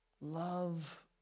love